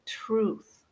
truth